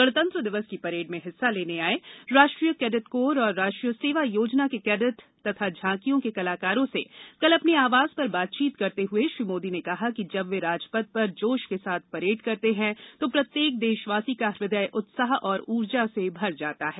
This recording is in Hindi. गणतंत्र दिवस की परेड में हिस्सा लेने आए राष्ट्रीय कैडेट कोर और राष्ट्रीय सेवा योजना के कैडेट तथा झांकियों के कलाकारों से कल अपने आवास पर बातचीत करते हुए श्री मोदी ने कहा कि जब वे राजपथ पर जोश के साथ परेड करते हैं तो प्रत्येक देशवासी का हृदय उत्साह और ऊर्जा से भर जाता है